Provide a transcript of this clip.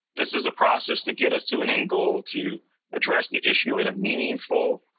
this is a process to get us to an end goal to address the issue in a meaningful,